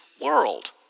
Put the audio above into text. world